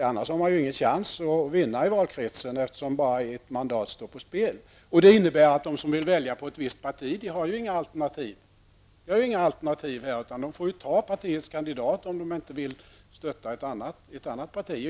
Man har annars ingen chans att vinna i valkretsen, eftersom bara ett mandat står på spel. Det innebär att man inte har något alternativ om man vill rösta på ett visst parti. Man får rösta på partiets kandidat om man inte vill rösta på ett annat parti.